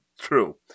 true